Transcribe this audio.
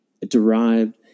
derived